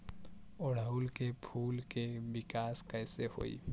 ओड़ुउल के फूल के विकास कैसे होई?